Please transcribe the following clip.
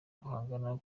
guhangana